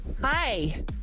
Hi